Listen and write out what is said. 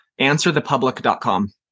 answerthepublic.com